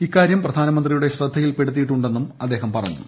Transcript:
ഇക്കാര്യം പ്രധാനമന്ത്രിയുടെ ശ്രദ്ധയിൽപ്പെടുത്തിയിട്ടുണ്ടെന്നും അദ്ദേഹം പറഞ്ഞു